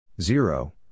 Zero